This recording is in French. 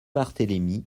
barthélémy